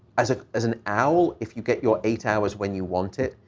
as ah as an owl, if you get your eight hours when you want it,